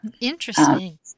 Interesting